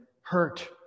hurt